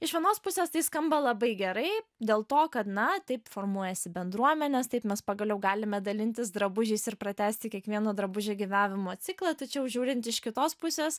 iš vienos pusės tai skamba labai gerai dėl to kad na taip formuojasi bendruomenės taip mes pagaliau galime dalintis drabužiais ir pratęsti kiekvieno drabužio gyvavimo ciklą tačiau žiūrint iš kitos pusės